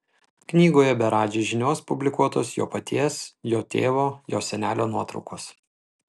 knygoje be radži žinios publikuotos jo paties jo tėvo jo senelio nuotraukos